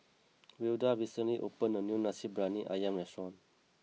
Wilda recently opened a new Nasi Briyani Ayam restaurant